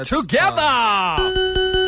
together